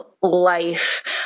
life